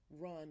run